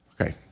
Okay